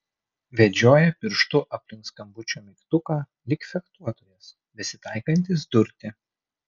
vedžioja pirštu aplink skambučio mygtuką lyg fechtuotojas besitaikantis durti